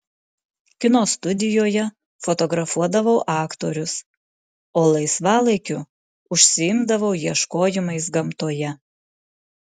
kino studijoje fotografuodavau aktorius o laisvalaikiu užsiimdavau ieškojimais gamtoje